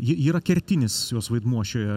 ji yra kertinis jos vaidmuo šioje